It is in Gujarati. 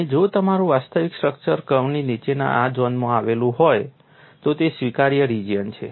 અને જો તમારું વાસ્તવિક સ્ટ્રક્ચર કર્વની નીચેના આ ઝોનમાં આવેલું હોય તો તે સ્વીકાર્ય રિજિયન છે